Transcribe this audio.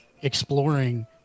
exploring